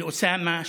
של אוסאמה,